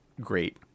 great